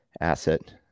asset